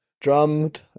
drummed